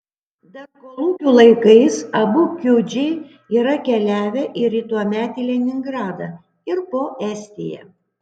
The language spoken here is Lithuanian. dar kolūkių laikais abu kiudžiai yra keliavę ir į tuometį leningradą ir po estiją